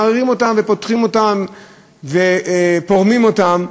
מערערים אותם ופותחים אותם ופורמים אותם,